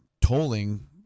tolling